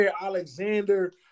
Alexander